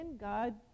God